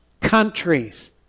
Countries